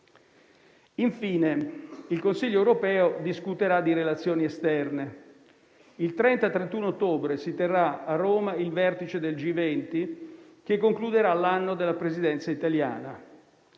Infine, il Consiglio europeo discuterà di relazioni esterne. Il 30 e 31 ottobre si terrà a Roma il vertice del G20 che concluderà l'anno della Presidenza italiana.